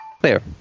Clear